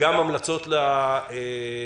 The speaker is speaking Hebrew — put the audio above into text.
וכן המלצות להמשך.